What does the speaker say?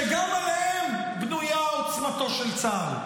שגם עליהם בנויה עוצמתו של צה"ל,